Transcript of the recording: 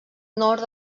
nord